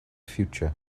future